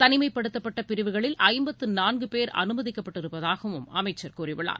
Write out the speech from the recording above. தனிமைப்படுத்தப்பட்ட பிரிவுகளில் பேர் அனுமதிக்கப்பட்டிருப்பதாகவும் அமைச்சர் கூறியுள்ளார்